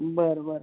बरं बरं